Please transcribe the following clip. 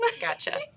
Gotcha